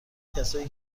کسایی